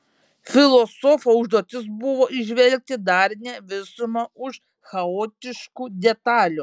filosofo užduotis buvo įžvelgti darnią visumą už chaotiškų detalių